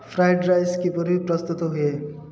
fried rice କିପରି ପ୍ରସ୍ତୁତ ହୁଏ